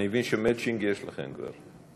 אני מבין שמצ'ינג יש לכם כבר.